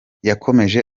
yakomeje